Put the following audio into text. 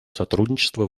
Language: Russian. сотрудничество